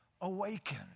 awaken